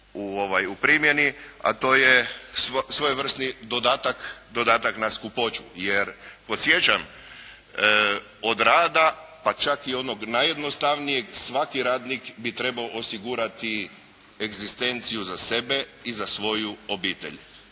u primjeni, a to je svojevrsni dodatak na skupoću, jer podsjećam od rada pa čak i onog najjednostavnijeg svaki radnik bi trebao osigurati egzistenciju za sebe i za svoju obitelj.